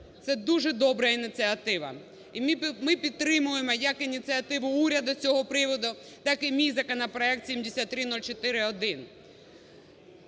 це дуже добра ініціатива. І ми підтримуємо як ініціативу уряду з цього приводу, так і мій законопроект 7304-1.